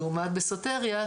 לעומת בסוטריה,